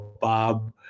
Bob